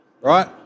right